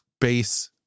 base